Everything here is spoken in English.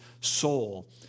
soul